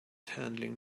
handling